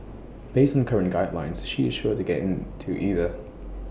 based on current guidelines she is sure to get to either